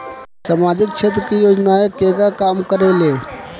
सामाजिक क्षेत्र की योजनाएं केगा काम करेले?